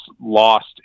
lost